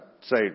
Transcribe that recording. say